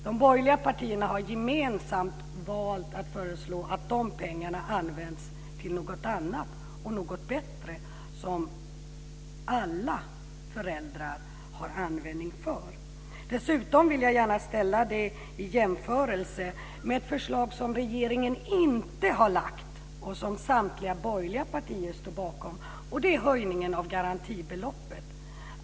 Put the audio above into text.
De borgerliga partierna har gemensamt valt att föreslå att de pengarna används till något annat och bättre som alla föräldrar har användning för. Dessutom vill jag gärna ställa detta i jämförelse med ett förslag som regeringen inte har lagt fram men som samtliga borgerliga partier står bakom, och det är höjningen av garantibeloppet.